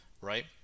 right